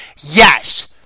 Yes